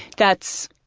that's,